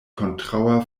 kontraŭa